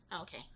Okay